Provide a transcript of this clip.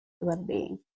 well-being